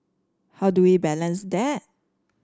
how do we balance that